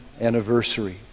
anniversary